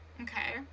Okay